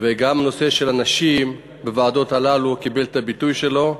וגם הנושא של הנשים בוועדות האלה קיבל את הביטוי שלו.